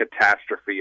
catastrophe